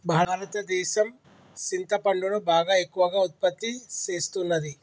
భారతదేసం సింతపండును బాగా ఎక్కువగా ఉత్పత్తి సేస్తున్నది